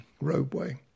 roadway